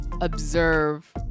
observe